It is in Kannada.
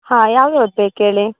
ಹಾಂ ಯಾವ ಯಾವ್ದು ಬೇಕು ಹೇಳಿ